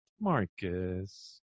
Marcus